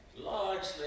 largely